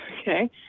okay